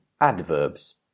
adverbs